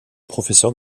professeur